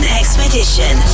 expedition